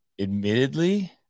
Admittedly